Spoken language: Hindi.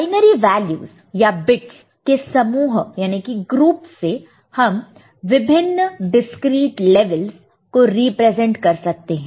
बाइनरी वैल्यूस या बिट्स के समूह ग्रुप group से हम विभिन्न डिस्क्रीट लेवल्स को रिप्रेजेंट कर सकते हैं